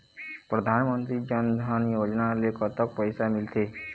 परधानमंतरी जन धन योजना ले कतक पैसा मिल थे?